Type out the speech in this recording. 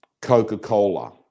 Coca-Cola